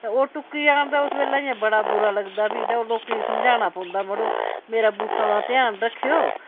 ते ओह् टुक्की जान ते उस बेल्लै इ'यां बड़ा बुरा लगदा फ्ही ते लोकें गी समझाना पौंदा मड़ो मेरा बूह्टें दा ध्यान रक्खेओ